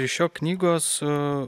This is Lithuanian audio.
iš jo knygos